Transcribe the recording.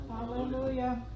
hallelujah